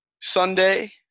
Sunday